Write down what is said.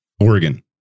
Oregon